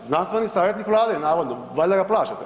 Znanstveni savjetnik Vlade navodno, valjda ga plaćate.